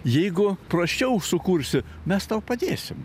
jeigu prasčiau sukursi mes tau padėsim